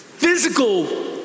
physical